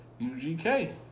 UGK